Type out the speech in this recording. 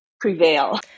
prevail